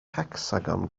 hecsagon